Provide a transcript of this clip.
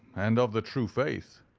and of the true faith.